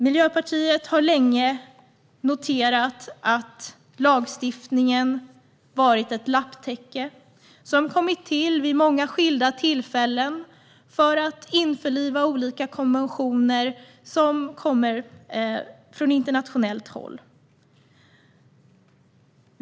Miljöpartiet har länge noterat att lagstiftningen var ett lapptäcke som kommit till vid många skilda tillfällen för att införliva olika konventioner från internationellt håll.